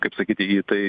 kaip sakyt į tai